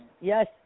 Yes